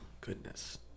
Goodness